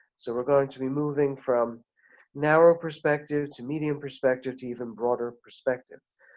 so we're going to be moving from narrow perspective to medium perspective to even broader perspective.